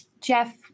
Jeff